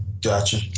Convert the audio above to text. Gotcha